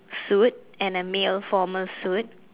suit and a male formal suit